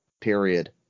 Period